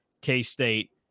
K-State